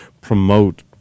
promote